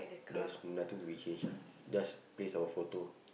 there's nothing to be changed just place our photo